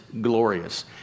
glorious